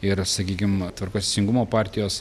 ir sakykim tvarkos teisingumo partijos